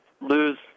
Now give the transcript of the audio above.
lose